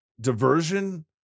diversion